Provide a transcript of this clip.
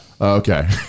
okay